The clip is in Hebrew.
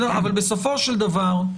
בסופו של דבר,